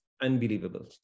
Unbelievable